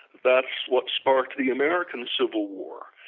that's what sparked the american civil war.